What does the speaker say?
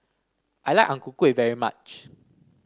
I like Ang Ku Kueh very much